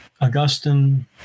Augustine